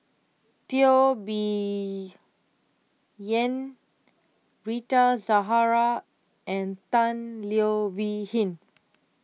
Teo Bee Yen Rita Zahara and Tan Leo Wee Hin